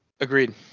agreed